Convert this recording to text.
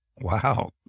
Wow